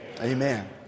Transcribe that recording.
Amen